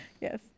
yes